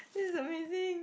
this is amazing